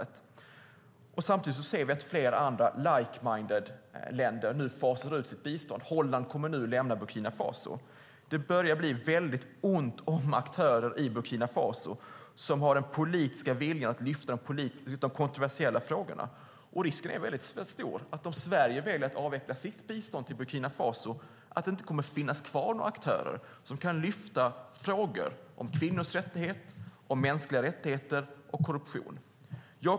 Samtidigt ser vi hur flera like-minded länder fasar ut sitt bistånd. Holland kommer nu att lämna Burkina Faso. Det börjar bli ont om aktörer i Burkina Faso som har den politiska viljan att lyfta fram kontroversiella frågor. Om Sverige väljer att avveckla sitt bistånd till Burkina Faso är risken stor för att det inte kommer att finnas några aktörer kvar som kan lyfta fram frågor om kvinnors rättigheter, mänskliga rättigheter och korruption.